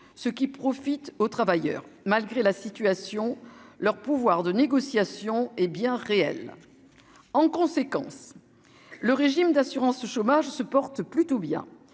ce qui profite aux travailleurs malgré la situation leur pouvoir de négociation, hé bien réel, en conséquence, le régime d'assurance chômage se portent plutôt bien